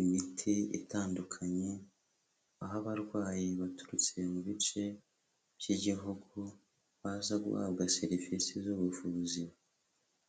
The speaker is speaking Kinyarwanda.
imiti itandukanye, aho abarwayi baturutse mu bice by'igihugu baza guhabwa serivisi z'ubuvuzi.